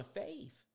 faith